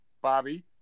Bobby